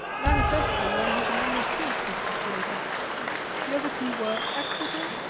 manifestly where his new estate was situated the other two were exeter,